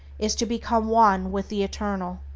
is to become one with the eternal.